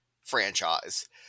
franchise